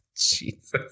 Jesus